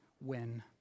win